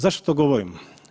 Zašto to govorim?